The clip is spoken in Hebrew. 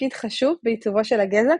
תפקיד חשוב בעיצובו של הגזע,